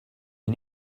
you